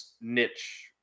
niche